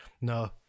No